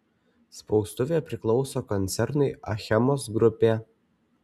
spaustuvė priklauso koncernui achemos grupė